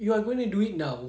you're going to do it now